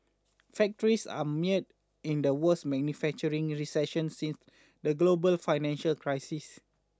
factories are mere in the worst manufacturing recession since the global financial crisis